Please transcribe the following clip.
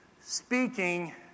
speaking